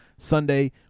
Sunday